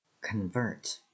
Convert